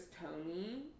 Tony